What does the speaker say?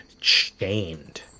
chained